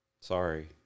sorry